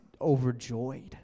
overjoyed